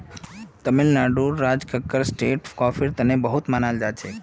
तमिलनाडुर राज कक्कर स्टेट कॉफीर तने बहुत मनाल जाछेक